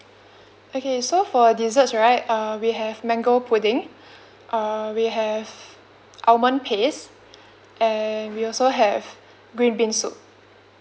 okay so for desserts right uh we have mango pudding uh we have almond paste and we also have green bean soup